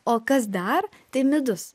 o kas dar tai midus